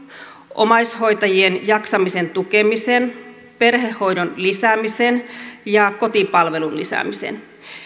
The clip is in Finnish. omaishoitajien jaksamisen tukemisen perhehoidon lisäämisen ja kotipalvelun lisäämisen